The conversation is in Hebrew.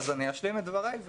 אני אשלים את דבריי.